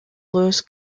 lewis